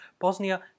Bosnia